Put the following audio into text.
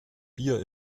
bier